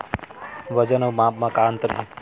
वजन अउ माप म का अंतर हे?